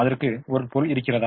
அதற்கு ஒரு பொருள் இருக்கிறதா